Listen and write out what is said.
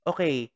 Okay